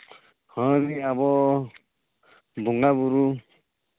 ᱦᱮᱸ ᱟᱵᱚ ᱵᱚᱸᱜᱟᱼᱵᱩᱨᱩ